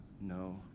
no